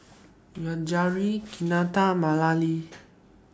Yajaira Kinte and Malia